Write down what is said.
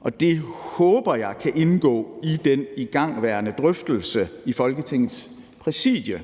Og det håber jeg kan indgå i den igangværende drøftelse i Folketingets Præsidium